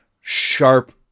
sharp